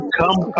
come